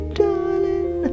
darling